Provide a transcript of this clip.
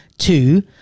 Two